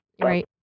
Right